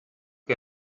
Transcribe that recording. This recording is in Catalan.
que